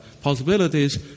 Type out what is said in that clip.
possibilities